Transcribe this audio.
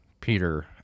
Peter